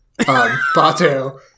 Bato